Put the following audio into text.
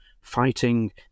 fighting